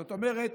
זאת אומרת,